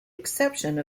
exception